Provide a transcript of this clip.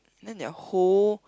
then their whole